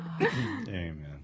Amen